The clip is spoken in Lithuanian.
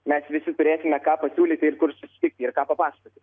mes visi turėsime ką pasiūlyti ir kur susitikti ir ką papasakoti